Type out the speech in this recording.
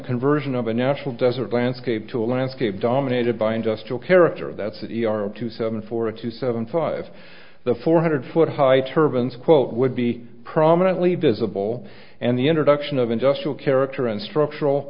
conversion of a national desert landscape to a landscape dominated by industrial character of that city are two seven four two seven five the four hundred foot high turbans quote would be prominently visible and the introduction of industrial character and structural